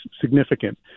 significant